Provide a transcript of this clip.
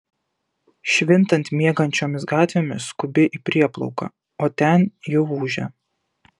švintant miegančiomis gatvėmis skubi į prieplauką o ten jau ūžia